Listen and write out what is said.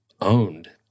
owned